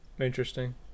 Interesting